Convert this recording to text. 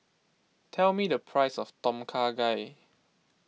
tell me the price of Tom Kha Gai